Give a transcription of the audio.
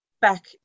back